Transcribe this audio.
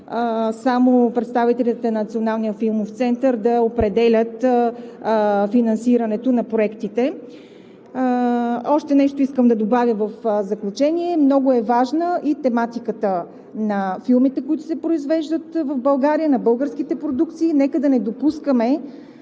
Националния филмов център да определят финансирането на проектите. Още нещо искам да добавя в заключение, много е важна и тематиката на филмите, които се произвеждат в България, на българските продукции. Нека да не допускаме